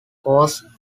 cause